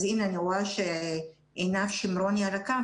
אז הינה אני רואה שעינב שמרון על הקו.